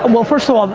ah well first of all,